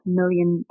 million